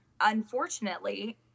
unfortunately